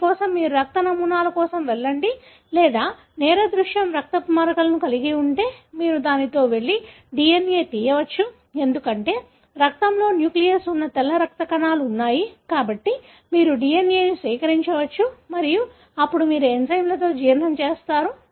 దాని కోసం మీరు రక్త నమూనాల కోసం వెళ్లండి లేదా నేర దృశ్యం రక్తపు మచ్చలు కలిగి ఉంటే మీరు దానితో వెళ్లి DNA తీయవచ్చు ఎందుకంటే రక్తంలో న్యూక్లియస్ ఉన్న తెల్ల రక్త కణాలు ఉన్నాయి కాబట్టి మీరు DNA ను సేకరించవచ్చు మరియు అప్పుడు మీరు ఎంజైమ్లతో జీర్ణం చేస్తారు